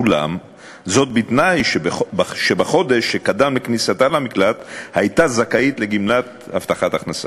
אולם בתנאי שבחודש שקדם לכניסתה למקלט הייתה זכאית לגמלת הבטחת הכנסה.